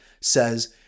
says